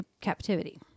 captivity